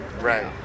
right